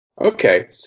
Okay